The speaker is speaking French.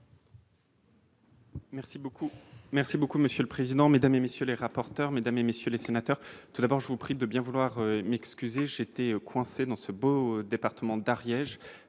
Merci beaucoup, merci beaucoup monsieur le président, Mesdames et messieurs les rapporteurs, mesdames et messieurs les sénateurs, très je vous prie de bien vouloir m'excuser, j'étais coincé dans ce beau département d'Ariège